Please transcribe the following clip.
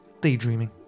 Daydreaming